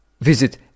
Visit